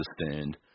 understand